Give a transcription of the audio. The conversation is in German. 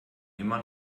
immer